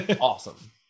Awesome